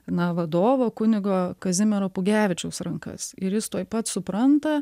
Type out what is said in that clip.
na vadovo kunigo kazimiero pugevičiaus rankas ir jis tuoj pat supranta